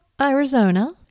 Arizona